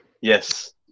yes